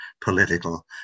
political